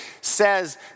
says